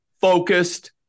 focused